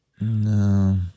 No